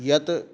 यत्